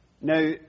Now